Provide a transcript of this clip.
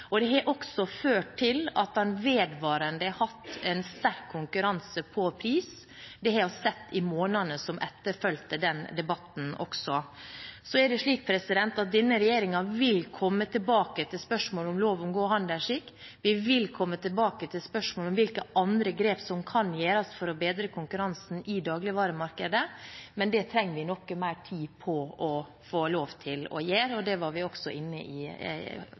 pris. Det har vi også sett i månedene som etterfulgte den debatten. Så vil denne regjeringen komme tilbake til spørsmålet om lov om god handelsskikk. Vi vil også komme tilbake til spørsmålet om hvilke andre grep som kan gjøres for å bedre konkurransen i dagligvaremarkedet, men det trenger vi noe mer tid på å få lov til å gjøre, og det hadde vi også